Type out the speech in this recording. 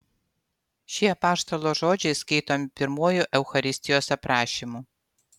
šie apaštalo žodžiai skaitomi pirmuoju eucharistijos aprašymu